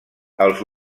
els